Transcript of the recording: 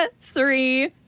three